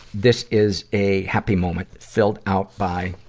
this is a happy moment filled out by,